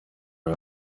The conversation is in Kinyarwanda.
ayo